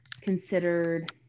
considered